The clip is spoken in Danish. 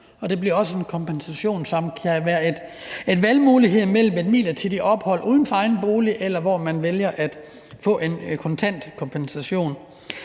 det bliver også en kompensation, hvor man får valgmuligheden mellem et midlertidigt ophold uden for egen bolig og en kontant kompensation.